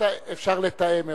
אפשר לתאם מראש.